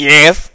Yes